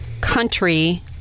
country